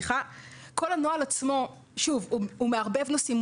הנוהל עצמו מערבב נושאים,